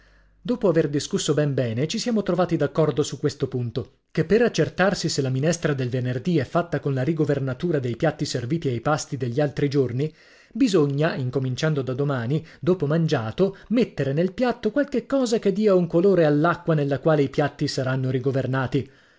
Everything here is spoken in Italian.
dopo aver discusso ben bene ci siamo trovati d'accordo su questo punto che per accertarsi se la minestra del venerdì è fatta con la rigovernatura dei piatti serviti ai pasti degli altri giorni bisogna incominciando da domani dopo mangiato mettere nel piatto qualche cosa che dia un colore all'acqua nella quale i piatti saranno rigovernati